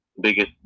biggest